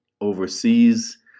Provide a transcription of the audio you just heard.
overseas